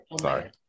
sorry